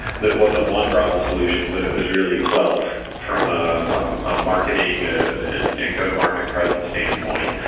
that wasn't one bravo solutions, but it was really twelve. from a um marketing and go-to-market presence standpoint.